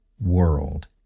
World